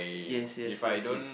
yes yes yes yes